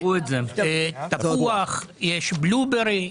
יש תפוח, יש בלו ברי,